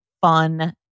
fun